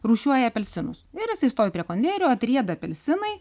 rūšiuoja apelsinus ir jisai stovi prie konvejerio atrieda apelsinai